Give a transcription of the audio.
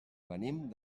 venim